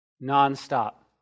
non-stop